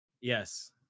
Yes